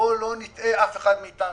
בואו לא נטעה, אף אחד מאתנו,